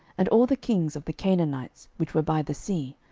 and all the kings of the canaanites, which were by the sea,